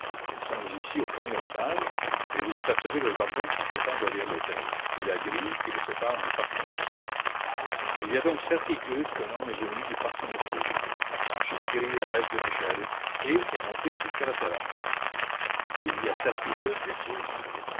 nous sommes ici au premier étage et vous apercevez le jardin qui s'étend derrière l'hôtel et la grille qui le séparé du parc monceau il y a donc certitude que l'homme est venu du parc monceau a franchi la grille à l'aide d'une échelle et est monté jusqu'à la terrasse il y a certitude dites-vous